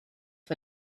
vor